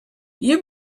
you